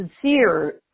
sincere